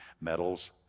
medals